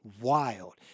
wild